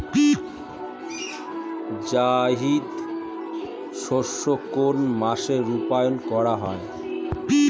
জায়িদ শস্য কোন মাসে রোপণ করা হয়?